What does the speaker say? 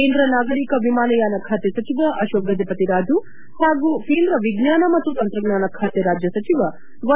ಕೇಂದ್ರ ನಾಗರಿಕ ವಿಮಾನಯಾನ ಖಾತೆ ಸಚಿವ ಅಶೋಕ್ ಗಜಪತಿರಾಜು ಹಾಗೂ ಕೇಂದ್ರ ವಿಜ್ಞಾನ ಮತ್ತು ತಂತ್ರಜ್ಞಾನ ಖಾತೆ ರಾಜ್ಯ ಸಚಿವ ವ್ಯೆ